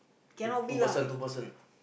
two two person two person